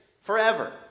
forever